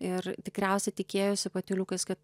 ir tikriausiai tikėjosi patyliukais kad